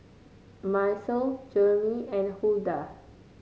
Macel Jermey and Huldah